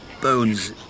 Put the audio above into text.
bones